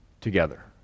together